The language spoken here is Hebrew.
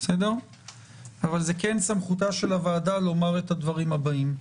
אבל כן סמכותה של הוועדה לומר את הדברים הבאים.